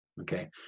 okay